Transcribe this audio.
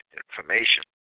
information